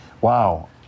wow